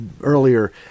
earlier